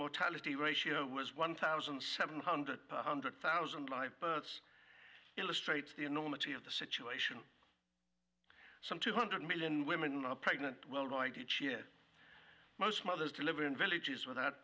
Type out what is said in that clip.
mortality ratio was one thousand seven hundred hundred thousand live births illustrates the enormity of the situation some two hundred million women are pregnant worldwide each year most mothers live in villages without